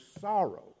sorrow